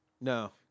No